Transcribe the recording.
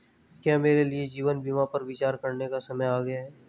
क्या मेरे लिए जीवन बीमा पर विचार करने का समय आ गया है?